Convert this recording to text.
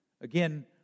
Again